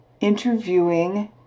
interviewing